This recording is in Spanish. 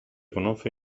conoce